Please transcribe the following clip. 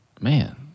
man